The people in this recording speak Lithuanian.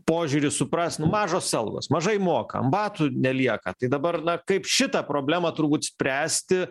požiūrį suprast nu mažos algos mažai moka ant batų nelieka tai dabar na kaip šitą problemą turbūt spręsti